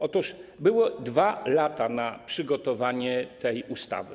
Otóż były 2 lata na przygotowanie tej ustawy.